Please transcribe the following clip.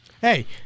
Hey